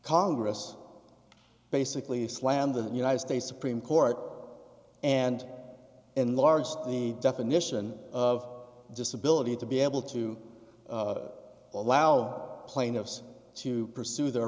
congress basically slammed the united states supreme court and enlarged the definition of disability to be able to allow plaintiffs to pursue their